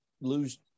lose